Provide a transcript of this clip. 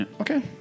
Okay